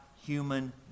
human